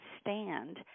stand